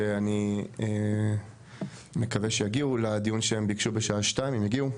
שאני מקווה שהם יגיעו לדיון שהם ביקשו בשעה 14:00. אם יגיעו,